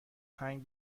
هنگ